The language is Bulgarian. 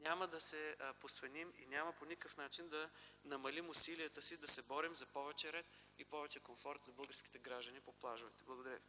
няма да се посвеним и няма по никакъв начин да намалим усилията си да се борим за повече ред и повече комфорт за българските граждани по плажовете. Благодаря.